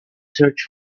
search